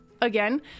Again